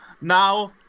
Now